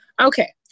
Okay